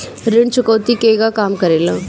ऋण चुकौती केगा काम करेले?